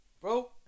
Bro